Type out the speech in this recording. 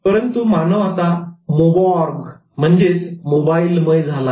परंतु मानव आता "Moborgs" मोबॉर्ग मोबाईलमय झाला आहे